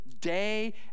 day